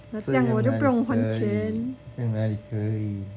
这样哪里可以这样哪里可以